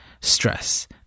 stress